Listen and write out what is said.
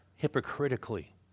hypocritically